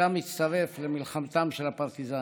ושם הצטרף למלחמתם של הפרטיזנים.